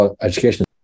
education